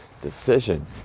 decision